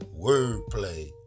wordplay